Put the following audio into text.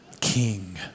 king